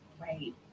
right